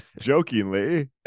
Jokingly